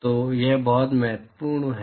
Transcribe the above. तो यह बहुत महत्वपूर्ण है